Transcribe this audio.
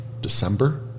December